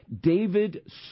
David